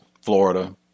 Florida